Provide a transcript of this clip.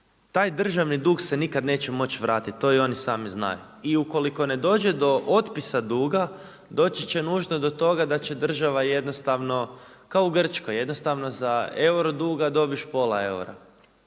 taj državni dug se nikada neće moći vratiti, to i oni sami znaju. I ukoliko ne dođe do otpisa duga, doći će nužno do toga da će država jednostavno kao u Grčkoj, jednostavno za euro duga dobiješ pola eura.